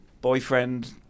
boyfriend